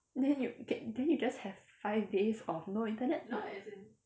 then you g~ then you just have five days of no internet lah